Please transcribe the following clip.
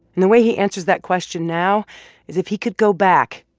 and the way he answers that question now is, if he could go back,